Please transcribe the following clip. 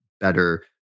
better